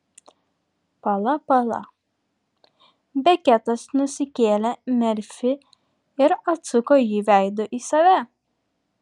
pala pala beketas nusikėlė merfį ir atsuko jį veidu į save